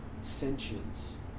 sentience